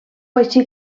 així